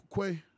Quay